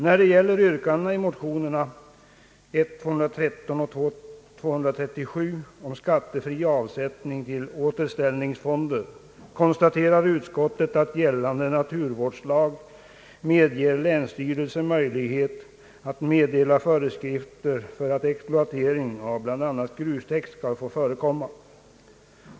När det gäller yrkandena i motionerna I: 213 och II: 237 om skattefri avsättning till återställningsfonder konstaterar utskottet att gällande naturvårdslag ger länsstyrelsen möjlighet att meddela föreskrifter om att exploatering av bl.a. grustäkt skall få förekomma.